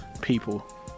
people